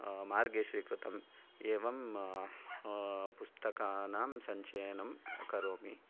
मार्गे स्वीकृतम् एवं पुस्तकानां सञ्चयनं करोमि